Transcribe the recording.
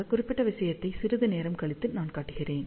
அந்த குறிப்பிட்ட விஷயத்தை சிறிது நேரம் கழித்து நான் காட்டுகிறேன்